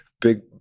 big